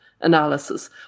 analysis